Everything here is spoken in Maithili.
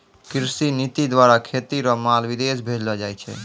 कृषि नीति द्वारा खेती रो माल विदेश भेजलो जाय छै